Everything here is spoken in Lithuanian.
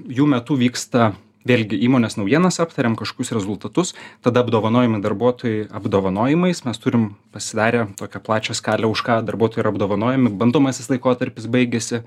jų metu vyksta vėlgi įmonės naujienas aptariam kažkokius rezultatus tada apdovanojami darbuotojai apdovanojimais mes turim pasidarę tokią plačią skalę už ką darbuotojai yra apdovanojami bandomasis laikotarpis baigiasi